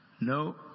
no